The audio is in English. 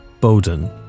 Bowden